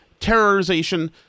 Terrorization